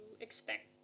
expect